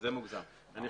ברור.